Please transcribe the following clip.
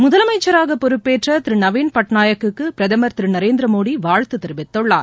முதலமைச்சராகப் பொறுப்பேற்ற திரு நவின் பட்நாயக்குக்கு பிரதமர் திரு நரேந்திரமோடி வாழ்த்து தெரிவித்துள்ளார்